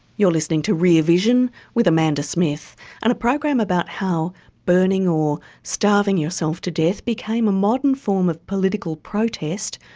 you're listening to rear vision with amanda smith and a program about how burning or starving yourself to death became a modern form of political protest,